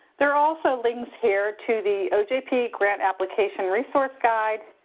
there are also links here to the ojp grant application resource guide,